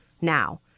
Now